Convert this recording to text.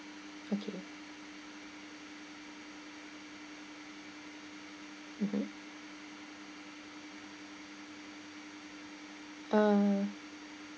okay mmhmm uh